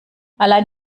allein